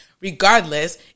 Regardless